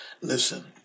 Listen